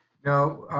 no,